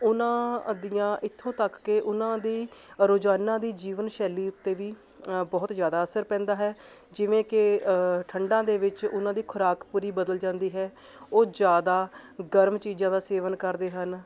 ਉਹਨਾਂ ਦੀਆਂ ਇੱਥੋਂ ਤੱਕ ਕਿ ਉਹਨਾਂ ਦੀ ਰੋਜ਼ਾਨਾ ਦੀ ਜੀਵਨ ਸ਼ੈਲੀ ਉੱਤੇ ਵੀ ਬਹੁਤ ਜ਼ਿਆਦਾ ਅਸਰ ਪੈਂਦਾ ਹੈ ਜਿਵੇਂ ਕਿ ਠੰਡਾਂ ਦੇ ਵਿੱਚ ਉਹਨਾਂ ਦੀ ਖੁਰਾਕ ਪੂਰੀ ਬਦਲ ਜਾਂਦੀ ਹੈ ਉਹ ਜ਼ਿਆਦਾ ਗਰਮ ਚੀਜ਼ਾਂ ਦਾ ਸੇਵਨ ਕਰਦੇ ਹਨ